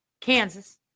Kansas